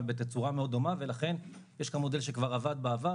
אבל בתצורה מאוד דומה ולכן יש כאן מודל שכבר עבד בעבר,